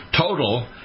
total